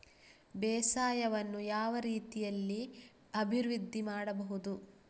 ಬೇಸಾಯವನ್ನು ಯಾವ ರೀತಿಯಲ್ಲಿ ಅಭಿವೃದ್ಧಿ ಮಾಡಬಹುದು?